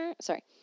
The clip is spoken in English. Sorry